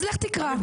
לך תקרא.